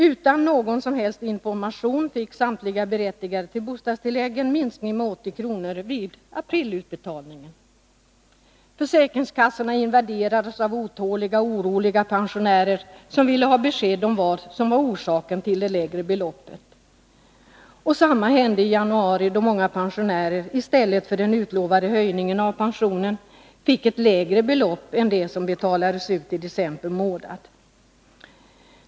Utan någon som helst information fick samtliga berättigade till bostadstillägg en minskning med 80 kr. vid aprilutbetalningen. Försäkringskassorna invaderades av otåliga och oroliga pensionärer som ville ha besked om vad som var orsaken till det lägre beloppet. Detsamma hände i januari då många pensionärer i stället för den utlovade höjningen av pensionen fick ett lägre belopp än det som betalades ut i december månad.